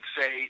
say